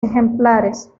ejemplares